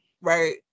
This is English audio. right